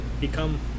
become